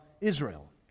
Israel